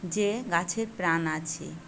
যে গাছের প্রাণ আছে